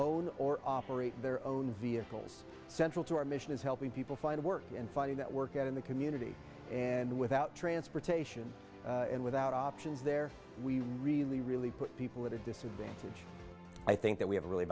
own or operate their own vehicles central to our mission is helping people find work and finding that work out in the community and without transportation and without options there we really really put people at a disadvantage i think that we have a really